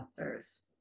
authors